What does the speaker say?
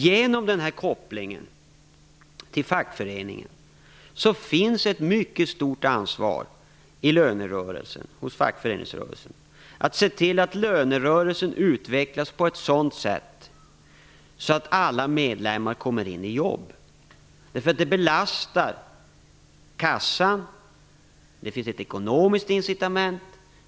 Genom denna koppling till fackföreningen finns ett mycket stort ansvar i lönerörelsen hos fackföreningsrörelsen att se till att lönerörelsen utvecklas på ett sådant sätt att alla medlemmar kommer in i jobb. Det belastar kassan. Det finns ett ekonomiskt incitament.